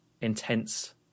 intense